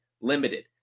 limited